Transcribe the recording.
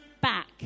back